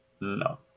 No